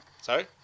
Sorry